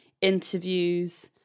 interviews